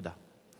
תודה.